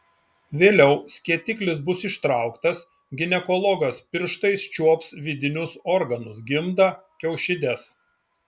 vėliau skėtiklis bus ištrauktas ginekologas pirštais čiuops vidinius organus gimdą kiaušides